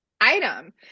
item